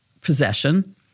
possession